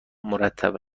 مرتب